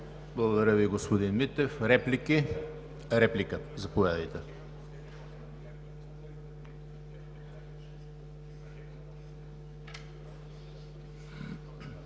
Благодаря Ви, господин Митев. Реплики? Заповядайте.